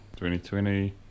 2020